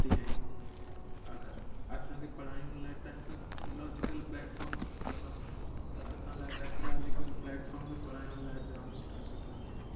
तीअं ई अगरि असांखे पढ़ायुनि लाए टेक्नोलॉजिकल प्लेटफ़ॉर्म खपनि त असां लाइ टेक्नोलॉजिकल प्लेटफ़ॉर्म बि पढ़ायुनि लाइ जामु सुठा सुठा आहिनि